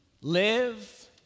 Live